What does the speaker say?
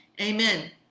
amen